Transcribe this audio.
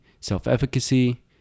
self-efficacy